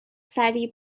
سریع